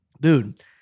Dude